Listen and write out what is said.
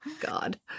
God